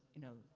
you know,